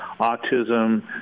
autism